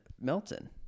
Melton